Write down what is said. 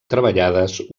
treballades